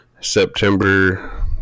September